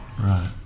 Right